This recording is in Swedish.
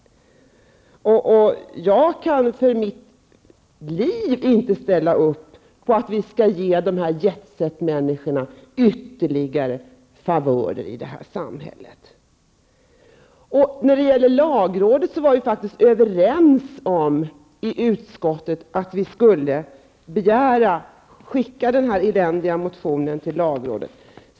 Jag kan för mitt liv inte ställa upp på att vi skall ge de här jetset-människorna ytterligare favörer i samhället. Vi var faktiskt överens om i utskottet att vi skulle skicka den här eländiga motionen till lagrådet.